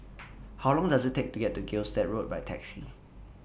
How Long Does IT Take to get to Gilstead Road By Taxi